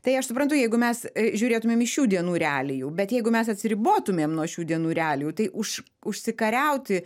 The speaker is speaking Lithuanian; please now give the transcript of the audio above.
tai aš suprantu jeigu mes žiūrėtumėm iš šių dienų realijų bet jeigu mes atsiribotumėm nuo šių dienų realijų tai už užsikariauti